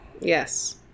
Yes